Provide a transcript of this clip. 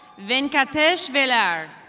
venkatesh velar.